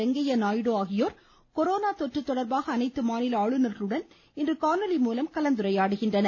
வெங்கையா நாயுடு ஆகியோர் கொரோனா தொற்று தொடர்பாக அனைத்து மாநில ஆளுநர்களுடன் இன்று காணொலி மூலம் கலந்துரையாடுகின்றனர்